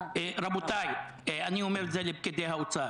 רבותיי אני אומר לפקידי האוצר